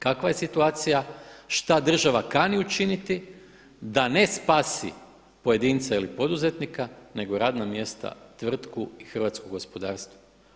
Kakva je situacija, šta država kani učiniti da ne spasi pojedinca ili poduzetnika nego radna mjesta, tvrtku i hrvatsko gospodarstvo.